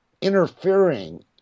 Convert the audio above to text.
interfering